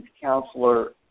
counselor